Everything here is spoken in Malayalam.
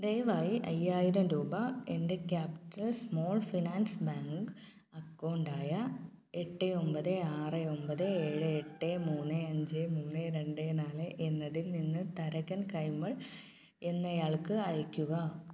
ദയവായി അയ്യായിരം രൂപ എൻ്റെ ക്യാപിറ്റൽ സ്മോൾ ഫിനാൻസ് ബാങ്ക് അക്കൗണ്ടായ എട്ട് ഒൻപത് ആറ് ഒൻപത് ഏഴ് എട്ട് മൂന്ന് അഞ്ച് മൂന്ന് രണ്ട് നാല് എന്നതിൽ നിന്ന് തരകൻ കൈമൾ എന്നയാൾക്ക് അയക്കുക